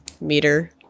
meter